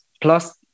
plus